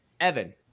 Evan